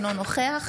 אינו נוכח